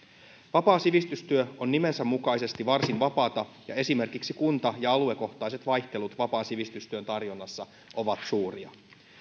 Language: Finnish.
vapaa sivistystyö on nimensä mukaisesti varsin vapaata ja esimerkiksi kunta ja aluekohtaiset vaihtelut vapaan sivistystyön tarjonnassa ovat suuria